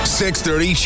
630